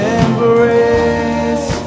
embrace